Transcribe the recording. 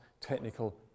technical